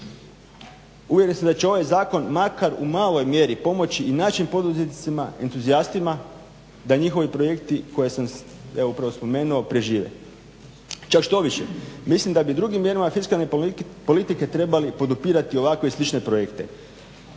Uvjeren sam da će ovaj zakon makar u maloj mjeri pomoći i našim poduzetnicima entuzijastima da njihovi projekti koje sam upravo spomenuo prežive. Čak štoviše, mislim da bi drugim mjerama fiskalne politike trebali podupirati ovakve i slične projekte.